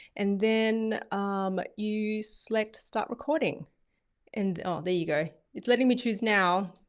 and then um you select start recording and there you go. it's letting me choose now.